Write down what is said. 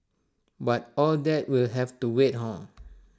but all that will have to wait hor